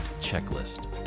checklist